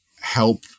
help